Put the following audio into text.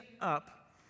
up